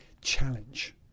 challenge